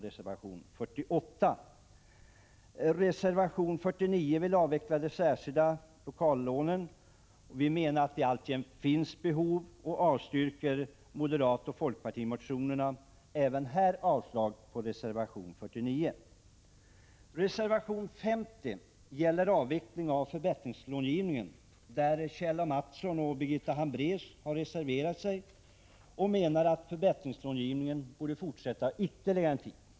Reservation 49 vill avveckla de särskilda lokallånen. Vi menar att det alltjämt finns behov av sådana och avstyrker moderatoch folkpartimotionerna. Avslag på reservation 49. Reservation 50 gäller avveckling av förbättringslångivningen. Kjell A. Mattsson och Birgitta Hambraeus har reserverat sig och menar att förbättringslångivningen borde fortsätta ytterligare en tid.